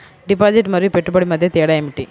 Deposit మరియు పెట్టుబడి మధ్య తేడా ఏమిటి?